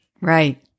Right